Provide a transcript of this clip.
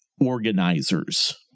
organizers